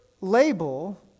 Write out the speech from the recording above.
label